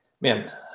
man